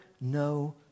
no